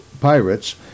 Pirates